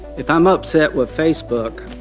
if i'm upset with facebook,